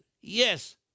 Yes